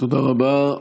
תודה רבה.